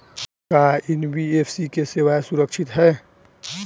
का एन.बी.एफ.सी की सेवायें सुरक्षित है?